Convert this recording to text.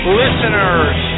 listeners